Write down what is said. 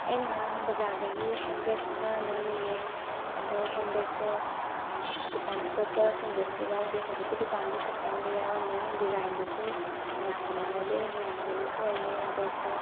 ꯑꯩꯅ ꯉꯔꯥꯡ ꯕꯖꯥꯔꯗꯒꯤ ꯍꯦꯟꯕꯦꯛ ꯑꯃ ꯂꯩꯔꯨꯏꯑꯦ ꯑꯗꯣ ꯍꯦꯟꯕꯦꯛꯇꯣ ꯗꯨꯀꯥꯟ ꯑꯇꯣꯞꯄꯁꯤꯡꯗꯁꯨ ꯌꯥꯎꯗꯦ ꯍꯧꯖꯤꯛꯀꯤ ꯗꯨꯀꯥꯟꯗꯨꯈꯛꯇꯪꯗ ꯌꯥꯎꯔꯝꯃꯦ ꯗꯤꯖꯥꯏꯟꯗꯨꯁꯨ ꯃꯌꯥꯝꯒ ꯃꯥꯟꯅꯗꯦ ꯌꯥꯝ ꯌꯨꯅꯤꯛ ꯑꯣꯏꯑꯦ ꯕꯦꯛꯇꯣ